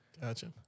Gotcha